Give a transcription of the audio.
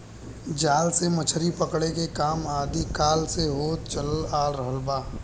जाल से मछरी पकड़े के काम आदि काल से होत चलत आ रहल बा